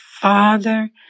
father